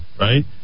right